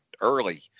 early